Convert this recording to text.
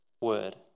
word